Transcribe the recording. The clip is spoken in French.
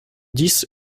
dix